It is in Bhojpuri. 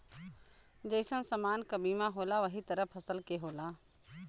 जइसन समान क बीमा होला वही तरह फसल के होला